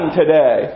today